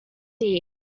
deep